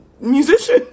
musician